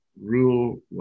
rule